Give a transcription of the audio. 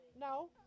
No